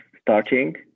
starting